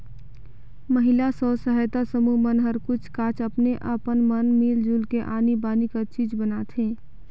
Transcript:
महिला स्व सहायता समूह मन हर कुछ काछ अपने अपन मन मिल जुल के आनी बानी कर चीज बनाथे